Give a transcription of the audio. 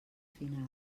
finals